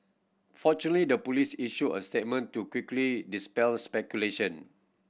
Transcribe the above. fortunately the police issued a statement to quickly dispel speculation